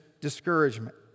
discouragement